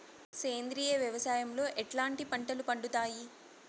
సేంద్రియ వ్యవసాయం లో ఎట్లాంటి పంటలు పండుతాయి